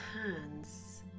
hands